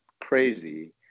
crazy